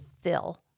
fill